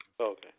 Okay